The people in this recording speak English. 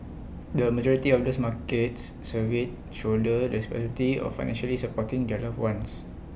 the majority of those markets surveyed shoulder the responsibility of financially supporting their loved ones